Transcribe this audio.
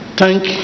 thank